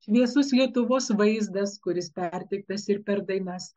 šviesus lietuvos vaizdas kuris perteiktas ir per dainas